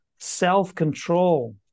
self-control